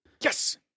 Yes